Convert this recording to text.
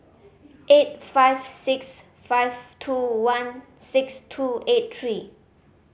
eight five six five two one six two eight three